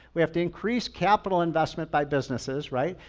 we have to increase capital investment by businesses, right?